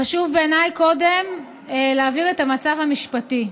חשוב בעיניי קודם להבהיר את המצב המשפטי.